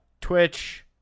Twitch